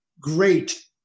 great